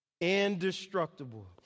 Indestructible